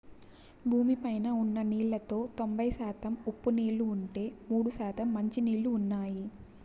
భూమి పైన ఉన్న నీళ్ళలో తొంబై శాతం ఉప్పు నీళ్ళు ఉంటే, మూడు శాతం మంచి నీళ్ళు ఉన్నాయి